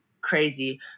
crazy